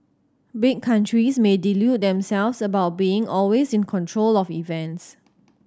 big countries may delude themselves about being always in control of events